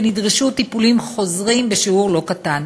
ונדרשו טיפולים חוזרים בשיעור לא קטן.